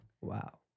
Wow